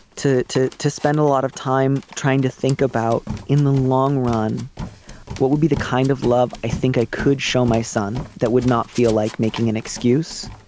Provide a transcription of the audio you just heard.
to to spend a lot of time trying to think about in the long run what would be the kind of love i think i could show my son that would not feel like making an excuse.